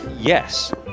Yes